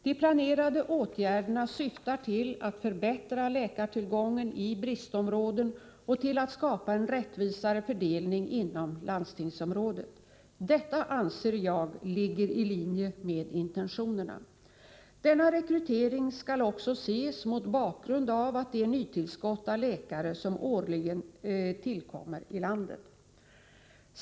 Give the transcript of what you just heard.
De planerade åtgärderna syftar till att förbättra läkartillgången i bristområden och till att skapa en rättvisare fördelning inom landstingsområdet. Detta anser jag ligga ilinje med intentionerna. Denna rekrytering skall också ses mot bakgrund av det årliga nytillskottet av läkare i landet.